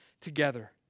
together